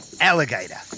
alligator